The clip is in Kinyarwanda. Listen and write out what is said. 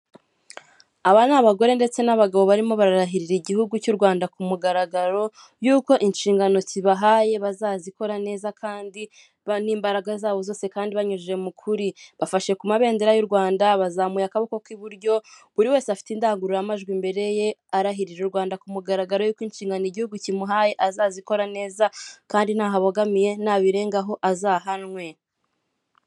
Aba ni abagore ndetse n'abagabo barimo bararahirira igihugu cy'u Rwanda ku mugaragaro yuko inshingano zibahaye bazazikora neza kandi n'imbaraga zabo zose kandi banyujije mu kuri, bafashe ku mabendera y'u Rwanda bazamuye akaboko k'iburyo buri wese afite indangururamajwi imbere ye, arahirira u Rwanda ku mugaragaro yuko inshingano igihugu kimuhaye azazikora neza kandi ntagamiye nabirengaho azahanwe.